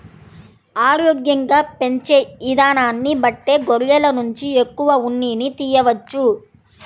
ఆరోగ్యంగా పెంచే ఇదానాన్ని బట్టే గొర్రెల నుంచి ఎక్కువ ఉన్నిని తియ్యవచ్చు